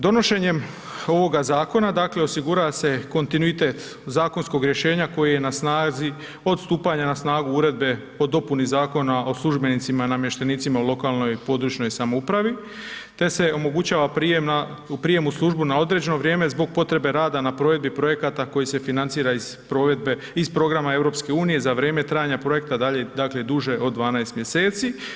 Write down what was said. Donošenjem ovoga zakona dakle osigurava se kontinuitet zakonskog rješenja koji je na snazi od stupanja na snagu uredbe o dopuni Zakona o službenicima i namještenicima u lokalnoj i područnoj samoupravi te se omogućava u prijem u službu na određeno vrijeme zbog potrebe rada na provedbi projekata koji se financira iz provedbe, iz programa EU za vrijeme trajanja projekta, dakle duže od 12 mjeseci.